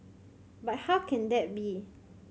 but how can that be